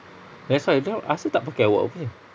that's why then asal tak pakai awak punya